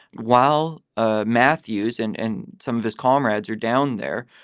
while ah matthews and and some of his comrades are down there,